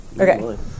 Okay